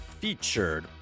featured